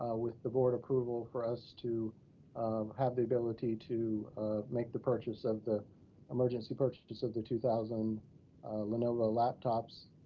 ah with the board approval, for us to have the ability to make the purchase of the emergency purchase for so the two thousand lenovo laptops.